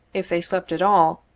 if they slept at all,